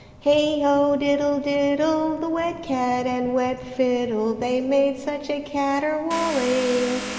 hey ho! diddle, diddle! the wet cat and wet fiddle, they made such a caterwauling,